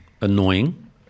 annoying